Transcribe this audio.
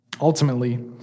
Ultimately